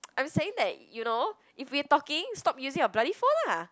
I'm saying that you know if we are talking stop using your bloody phone lah